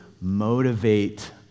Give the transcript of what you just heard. motivate